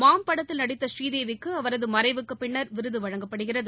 மாம் படத்தில் நடித்த ப்ரீதேவிக்குஅவரதுமறைவுக்குபின் விருதுவழங்கப்படுகிறது